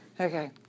Okay